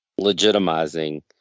legitimizing